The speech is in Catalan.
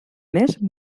mes